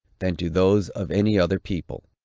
than to those of any other people.